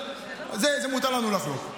וזה לא נכון להשתמש גם פה.